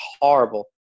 horrible